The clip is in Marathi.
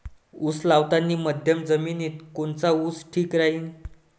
उस लावतानी मध्यम जमिनीत कोनचा ऊस ठीक राहीन?